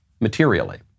materially